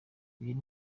uyu